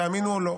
תאמינו או לא.